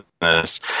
business